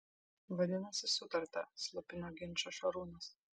vadinasi sutarta slopino ginčą šarūnas